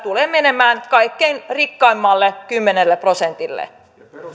tulee menemään kaikkein rikkaimmalle kymmenelle prosentille